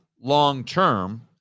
long-term